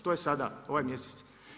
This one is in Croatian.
To je sada, ovaj mjesec.